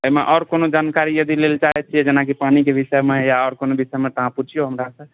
एहिमे आओर कोनो जानकारी यदि लै लए चाहै छी तऽ जेनाकि पानिके विषयमे या आओर कोनो समस्या अछि तऽ पुछिऔ हमरासँ